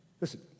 Listen